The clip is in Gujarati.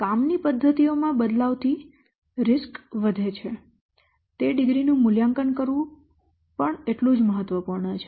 કામની પદ્ધતિઓમાં બદલાવ થી જોખમ વધે છે તે ડિગ્રી નું મૂલ્યાંકન કરવું પણ એટલું જ મહત્વપૂર્ણ છે